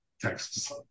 Texas